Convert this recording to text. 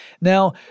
Now